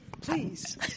Please